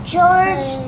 George